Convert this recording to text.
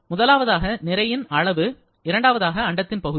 முதலாவதாக நிறையின் அளவு மற்றும் இரண்டாவதாக அண்டத்தின் பகுதி